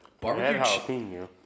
Barbecue